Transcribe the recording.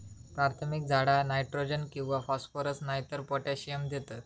प्राथमिक झाडा नायट्रोजन किंवा फॉस्फरस नायतर पोटॅशियम देतत